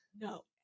no